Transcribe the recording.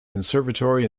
conservatory